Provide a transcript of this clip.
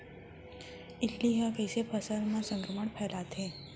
इल्ली ह कइसे फसल म संक्रमण फइलाथे?